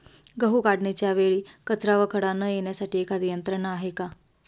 गहू काढणीच्या वेळी कचरा व खडा न येण्यासाठी एखादी यंत्रणा आहे का?